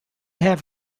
have